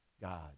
God